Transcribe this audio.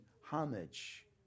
homage